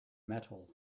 metal